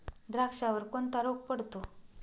द्राक्षावर कोणता रोग पडतो?